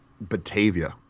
Batavia